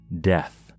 death